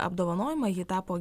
apdovanojimą ji tapo